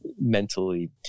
mentally